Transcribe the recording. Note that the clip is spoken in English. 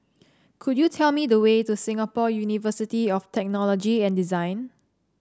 could you tell me the way to Singapore University of Technology and Design